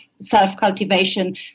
self-cultivation